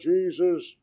Jesus